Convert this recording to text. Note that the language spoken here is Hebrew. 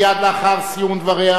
מייד לאחר סיום דבריה